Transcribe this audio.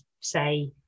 say